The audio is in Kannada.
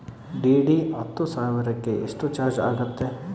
ಡಿ.ಡಿ ಹತ್ತು ಸಾವಿರಕ್ಕೆ ಎಷ್ಟು ಚಾಜ್೯ ಆಗತ್ತೆ?